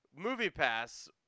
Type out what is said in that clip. MoviePass